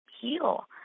heal